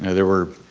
and there were,